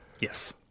Yes